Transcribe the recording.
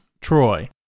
Troy